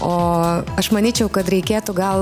o aš manyčiau kad reikėtų gal